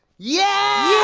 yeah!